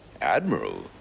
admiral